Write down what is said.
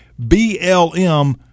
BLM